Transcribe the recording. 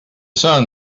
sun